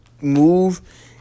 move